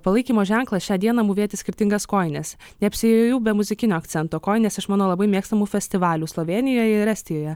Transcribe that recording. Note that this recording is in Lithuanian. palaikymo ženklas šią dieną mūvėti skirtingas kojines neapsiėjau be muzikinio akcento kojinės iš mano labai mėgstamų festivalių slovėnijoje ir estijoje